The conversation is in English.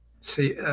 see